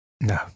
No